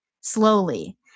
slowly